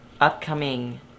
upcoming